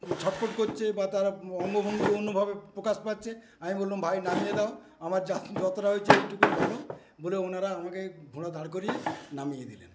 ছটফট করছে বা তার অঙ্গভঙ্গি অনুভবে প্রকাশ পাচ্ছে আমি বললাম ভাই নামিয়ে দাও আমার যতটা হয়েছে এইটুকুই ভালো বলে ওনারা আমাকে ঘোড়া দাঁড় করিয়ে নামিয়ে দিলেন